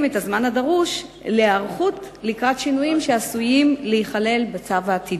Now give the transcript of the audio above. את הזמן הדרוש להיערכות לקראת שינויים שעשויים להיכלל בצו העתידי.